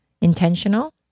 intentional